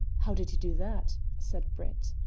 how did you do that? said brett.